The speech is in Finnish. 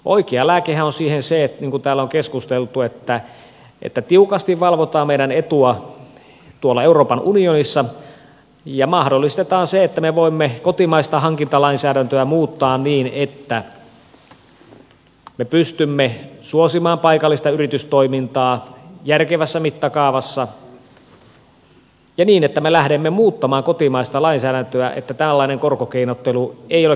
oikea lääkehän siihen on se niin kuin täällä on keskusteltu että tiukasti valvotaan meidän etuamme tuolla euroopan unionissa ja mahdollistetaan se että me voimme kotimaista hankintalainsäädäntöä muuttaa niin että me pystymme suosimaan paikallista yritystoimintaa järkevässä mittakaavassa ja niin että me lähdemme muuttamaan kotimaista lainsäädäntöä että tällainen korkokeinottelu ei ole kerta kaikkiaan mahdollista